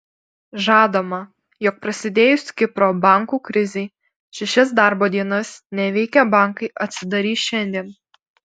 žadama jog prasidėjus kipro bankų krizei šešias darbo dienas neveikę bankai atsidarys šiandien